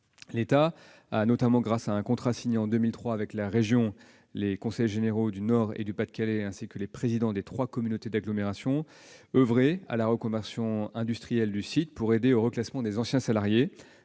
au travers notamment d'un contrat signé en 2003 avec la région, les conseils généraux du Nord et du Pas-de-Calais, et les présidents des trois communautés d'agglomération, à la reconversion industrielle du site, pour aider au reclassement des anciens salariés.